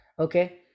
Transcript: okay